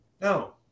No